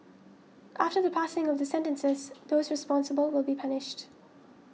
after the passing of the sentences those responsible will be punished